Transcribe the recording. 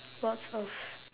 lots of